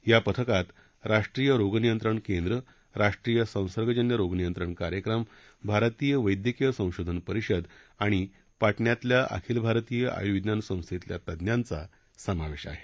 या पथकात राष्ट्रीय रोगनियंत्रण केंद्र राष्ट्रीय संसर्गजन्य रोगनियंत्रण कार्यक्रम भारतीय वैद्यकीय संशोधन परिषद आणि पाटण्यातल्या अखिल भारतीय आयुर्विज्ञान संस्थेतल्या तज्ञांचा समावेश आहे